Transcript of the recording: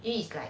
it is correct